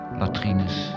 latrines